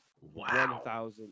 Wow